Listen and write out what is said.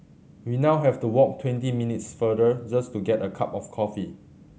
we now have to walk twenty minutes farther just to get a cup of coffee